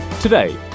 Today